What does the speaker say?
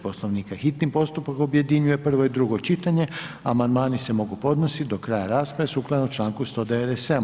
Poslovnika, hitni postupak objedinjuje prvo i drugo čitanje, amandmani se mogu podnosit do kraja rasprave sukladno Članku 197.